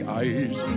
eyes